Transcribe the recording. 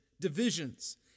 divisions